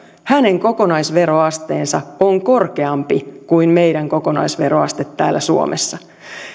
hänen kokonaisveroasteensa on korkeampi kuin meidän kokonaisveroasteemme täällä suomessa